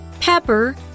pepper